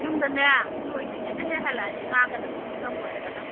ꯌꯨꯝꯗꯅꯦ ꯂꯣꯏꯗ꯭ꯔꯤꯉꯥꯏꯗ ꯍꯦꯛ ꯍꯜꯂꯛꯑꯁꯤ ꯉꯥꯡꯒꯗꯕꯒꯤ ꯐꯤꯕꯝ ꯑꯣꯏꯔꯒꯅ